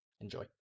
Enjoy